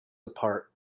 apart